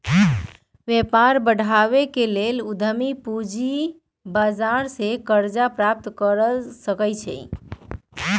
व्यापार बढ़ाबे के लेल उद्यमी पूजी बजार से करजा प्राप्त कर सकइ छै